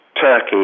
Turkey